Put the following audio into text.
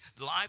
life